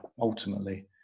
ultimately